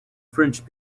french